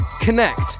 connect